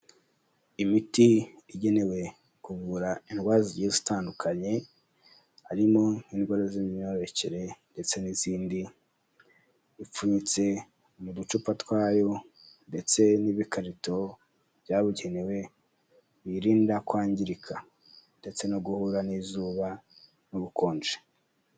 Imiti igenewe kuvura indwara zigiye zitandukanye, harimo indwara z'imyororokere ndetse n'izindi, ipfunyitse mu ducupa twayo ndetse n'ibikarito byabugenewe biyirinda kwangirika ndetse no guhura n'izuba n'ubukonje.